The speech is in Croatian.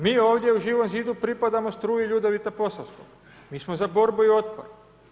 Mi ovdje u Živom zidu pripadamo struji Ljudevita Posavskog, mi smo za borbu i otpor.